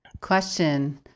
question